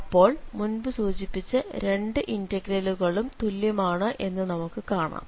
അപ്പോൾ മുൻപ് സൂചിപ്പിച്ച രണ്ട് ഇന്റഗ്രലുകളും തുല്യമാണ് എന്ന് നമുക്ക് കാണാം